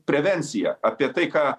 prevencija apie tai ką